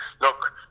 look